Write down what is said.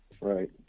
right